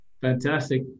Fantastic